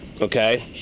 Okay